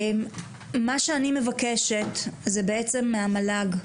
אני מבקשת מהמל"ג,